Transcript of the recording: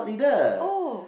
oh